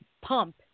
pump